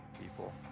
people